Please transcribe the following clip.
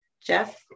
Jeff